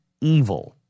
evil